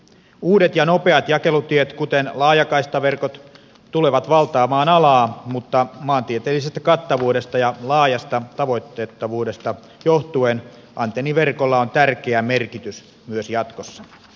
uudet ja nopeat jakelutiet kuten laajakaistaverkot tulevat valtaamaan alaa mutta maantieteellisestä kattavuudesta ja laajasta tavoitettavuudesta johtuen antenniverkolla on tärkeä merkitys myös jatkossa